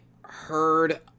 heard